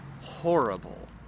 Horrible